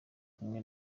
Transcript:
kumwe